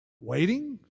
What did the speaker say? waiting